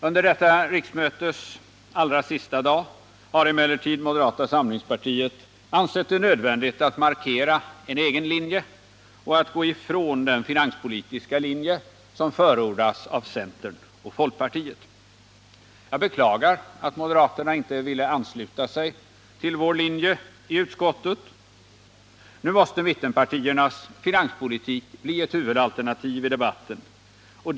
Under detta riksmötes näst sista dag har emellertid moderata samlingspartiet ansett det nödvändigt att markera en egen linje och att gå ifrån den finanspolitiska linje som förordas av centern och folkpartiet. Jag beklagar att moderaterna inte ville ansluta sig till vår linje i utskottet. Nu måste mittenpartiernas finanspolitik bli ett huvudalternativ i den fortsatta debatten.